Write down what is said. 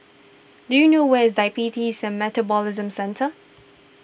do you know where is Diabetes sen Metabolism Centre